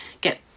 get